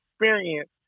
experience